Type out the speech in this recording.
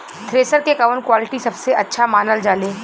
Thresher के कवन quality सबसे अच्छा मानल जाले?